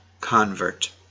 convert